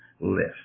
list